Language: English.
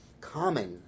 common